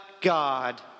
God